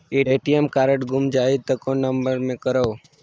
ATM card गुम जाही त कौन नम्बर मे करव?